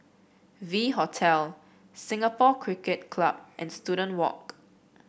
V Hotel Singapore Cricket Club and Student Walk